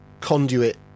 conduit